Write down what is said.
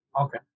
Okay